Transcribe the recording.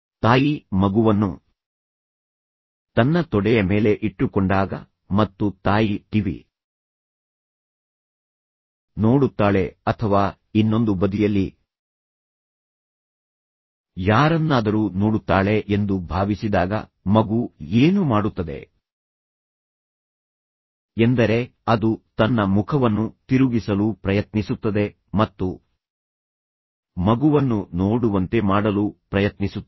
ತಾಯಿ ಮಗುವನ್ನು ತನ್ನ ತೊಡೆಯ ಮೇಲೆ ಇಟ್ಟುಕೊಂಡಾಗ ಮತ್ತು ತಾಯಿ ಟಿವಿ ನೋಡುತ್ತಾಳೆ ಅಥವಾ ಇನ್ನೊಂದು ಬದಿಯಲ್ಲಿ ಯಾರನ್ನಾದರೂ ನೋಡುತ್ತಾಳೆ ಎಂದು ಭಾವಿಸಿದಾಗ ಮಗು ಏನು ಮಾಡುತ್ತದೆ ಎಂದರೆ ಅದು ತನ್ನ ಮುಖವನ್ನು ತಿರುಗಿಸಲು ಪ್ರಯತ್ನಿಸುತ್ತದೆ ಮತ್ತು ಮಗುವನ್ನು ನೋಡುವಂತೆ ಮಾಡಲು ಪ್ರಯತ್ನಿಸುತ್ತದೆ